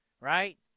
right